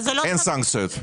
אין סנקציות.